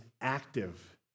active